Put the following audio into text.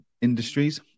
industries